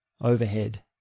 overhead